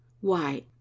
Why